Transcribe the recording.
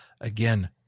again